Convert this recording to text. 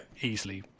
easily